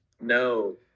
No